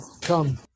come